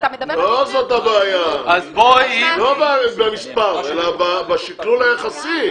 לא זאת הבעיה, לא במספר, אלא בשקלול היחסי.